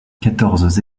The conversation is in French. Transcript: quatorze